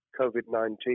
COVID-19